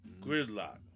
Gridlock